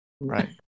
right